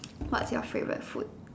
what are your favourite food